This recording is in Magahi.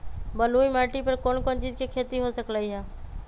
बलुई माटी पर कोन कोन चीज के खेती हो सकलई ह?